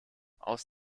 aus